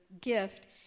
gift